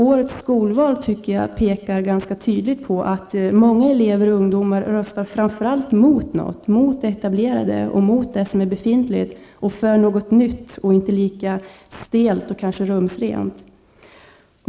Årets skolval pekar enligt min uppfattning ganska tydligt på att många elever och ungdomar framför allt röstar emot något, emot det etablerade och emot det som är befintligt och för något nytt och inte lika stelt och kanske rumsrent.